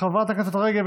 חברת הכנסת רגב,